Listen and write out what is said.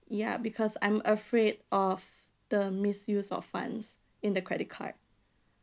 ya because I'm afraid of the misuse of funds in the credit card